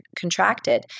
contracted